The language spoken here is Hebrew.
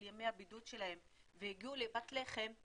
ימי הבידוד שלהם והם הגיעו לפת לחם,